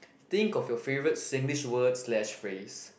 think of your favourite Singlish word slash phrase